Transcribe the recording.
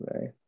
Right